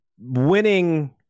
winning